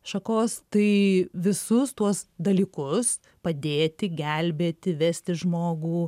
šakos tai visus tuos dalykus padėti gelbėti vesti žmogų